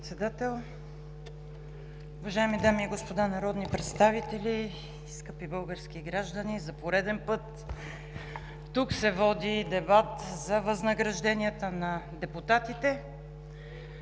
Председател, уважаеми дами и господа народни представители, скъпи български граждани! За пореден път тук се води дебат за възнагражденията на депутатите,